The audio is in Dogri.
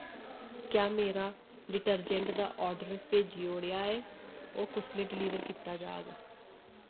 क्या मेरा डिटर्जैंट दा आर्डर भेजी ओड़ेआ ऐ ओह् कुसलै डलीवर कीता जाग